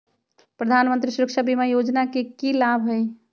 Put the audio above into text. प्रधानमंत्री सुरक्षा बीमा योजना के की लाभ हई?